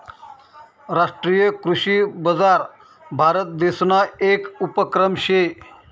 राष्ट्रीय कृषी बजार भारतदेसना येक उपक्रम शे